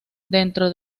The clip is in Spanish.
dentro